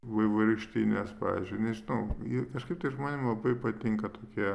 vaivorykštinės pavyzdžiui nežinau ir kažkaip tai žmonėm labai patinka tokie